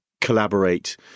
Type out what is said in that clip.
Collaborate